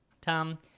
Tom